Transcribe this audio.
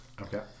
Okay